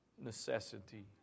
necessity